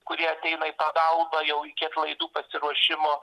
kurie ateina į pagalbą jau iki atlaidų pasiruošimo